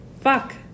fuck